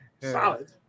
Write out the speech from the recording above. Solid